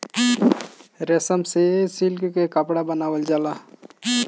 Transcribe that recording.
रेशम से सिल्क के कपड़ा बनावल जाला